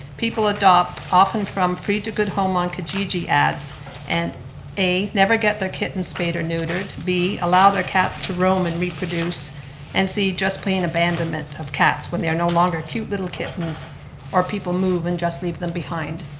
people adopt often from free to good home on kijiji ads and a, never get their kitten spayed or neutered, b, allow their cats to roam and reproduce and c, just playing abandonment of cats when they are no longer cute little kittens or people move and just leave them behind.